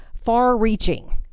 far-reaching